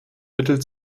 mittel